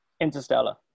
Interstellar